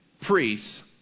priests